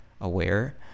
aware